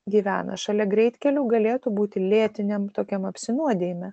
gyvena šalia greitkelių galėtų būti lėtiniam tokiam apsinuodijime